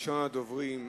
ראשון הדוברים,